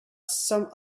some